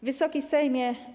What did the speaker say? Wysoki Sejmie!